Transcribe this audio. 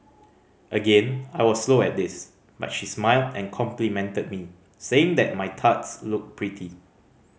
again I was slow at this but she smiled and complimented me saying that my tarts looked pretty